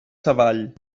savall